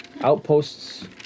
outposts